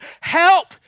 help